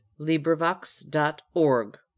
LibriVox.org